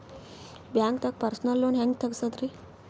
ಬ್ಯಾಂಕ್ದಾಗ personal loan ಹೆಂಗ್ ತಗ್ಸದ್ರಿ?